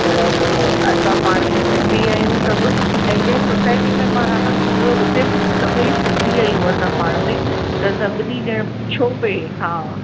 त असां पाण में सिंधी आहियूं सभु ऐं जंहिं सोसायटी में मां रहां थी उहे उते बि सभेई सिंधी आहियूं असां पाण में त सभिनी ॼण पुछियो पिए हा